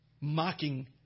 Mocking